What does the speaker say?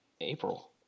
April